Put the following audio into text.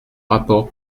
rapports